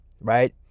right